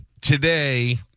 Today